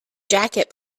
jacket